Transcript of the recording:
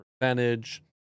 percentage